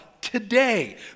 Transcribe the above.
today